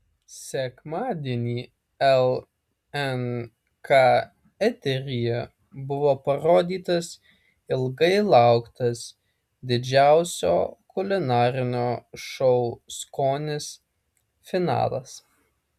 sekmadienį lnk eteryje buvo parodytas ilgai lauktas didžiausio kulinarinio šou skonis finalas